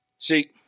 See